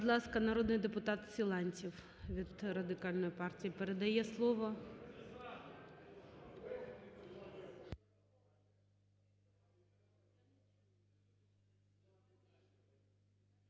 народний депутат Силантьєв від Радикальної партії. Передає слово…